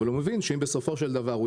אבל הוא מבין שאם בסופו של דבר הוא